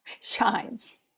shines